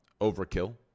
Overkill